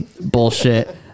Bullshit